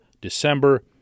December